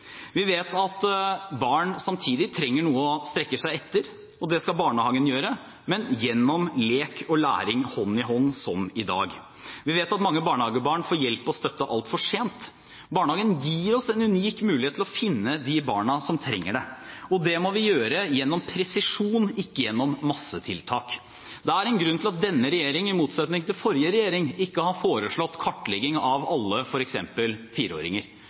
Vi vet samtidig at barn trenger noe å strekke seg etter, og det skal barnehagen sørge for, men gjennom lek og læring hånd i hånd, som i dag. Vi vet at mange barnehagebarn får hjelp og støtte altfor sent. Barnehagen gir oss en unik mulighet til å finne de barna som trenger hjelp, og det må vi gjøre gjennom presisjon, ikke gjennom massetiltak. Det er en grunn til at denne regjeringen, i motsetning til forrige regjering, ikke har foreslått kartlegging av alle fireåringer,